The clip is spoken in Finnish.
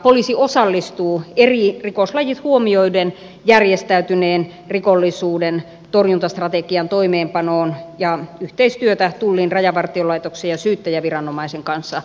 poliisi osallistuu eri rikoslajit huomioiden järjestäytyneen rikollisuuden torjuntastrategian toimeenpanoon ja yhteistyötä tullin rajavartiolaitoksen ja syyttäjäviranomaisen kanssa syvennetään